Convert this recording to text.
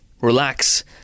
relax